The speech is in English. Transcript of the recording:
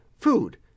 food